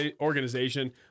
organization